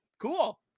cool